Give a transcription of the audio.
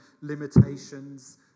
limitations